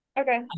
Okay